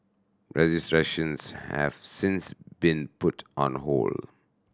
registrations have since been put on hold